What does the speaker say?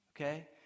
okay